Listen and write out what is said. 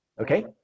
Okay